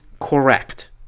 correct